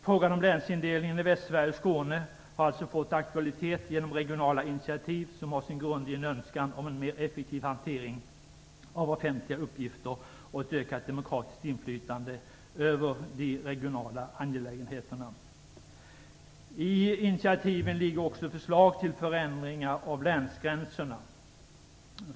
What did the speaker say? Frågan om länsindelningen i Västsverige och Skåne har alltså fått aktualitet genom regionala initiativ som har sin grund i en önskan om en mer effektiv hantering av offentliga uppgifter och ett ökat demokratiskt inflytande över de regionala angelägenheterna. I initiativen ligger också förslag till förändringar av länsgränserna.